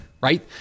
right